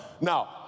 Now